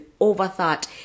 overthought